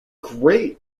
great